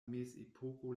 mezepoko